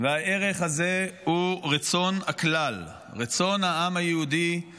והערך הזה הוא רצון הכלל, רצון